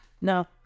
no